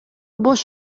бош